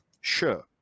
sure